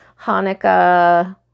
Hanukkah